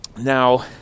now